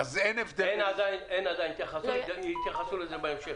הם יתייחסו לזה בהמשך